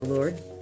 Lord